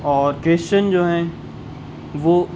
اور کرشچن جو ہیں وہ